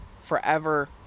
Forever